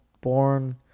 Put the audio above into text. born